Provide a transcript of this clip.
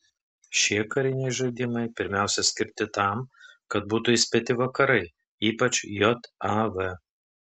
šie kariniai žaidimai pirmiausia skirti tam kad būtų įspėti vakarai ypač jav